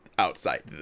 outside